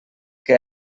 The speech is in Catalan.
que